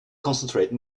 concentrate